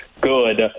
good